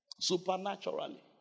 Supernaturally